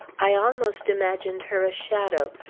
i almost imagined her a shadow,